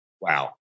Wow